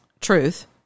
truth